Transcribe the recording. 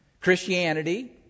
Christianity